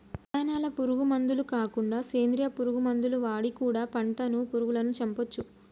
రసాయనాల పురుగు మందులు కాకుండా సేంద్రియ పురుగు మందులు వాడి కూడా పంటను పురుగులను చంపొచ్చు